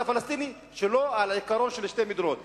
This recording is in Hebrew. הפלסטיני שלא על עיקרון של שתי מדינות.